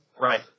Right